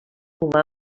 humà